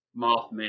Mothman